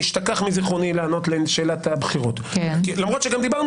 נשכח מזיכרוני לענות לשאלת הבחירות למרות שגם דיברנו